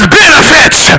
benefits